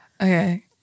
Okay